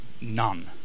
none